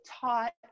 taught